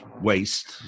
waste